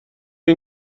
این